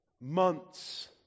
months